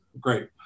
great